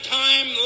time